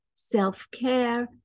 self-care